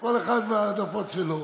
כל אחד וההעדפות שלו.